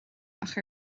ach